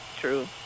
True